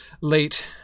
late